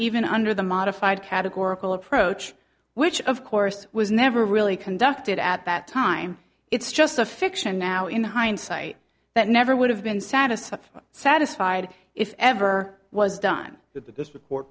even under the modified categorical approach which of course was never really conducted at that time it's just a fiction now in hindsight that never would have been satisfied satisfied if ever was done with this repor